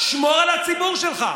שמור על הציבור שלך,